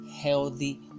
healthy